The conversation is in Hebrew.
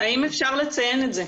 האם אפשר לציין את זה?